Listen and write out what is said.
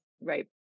Right